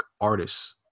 artists